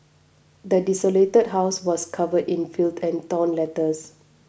the desolated house was covered in filth and torn letters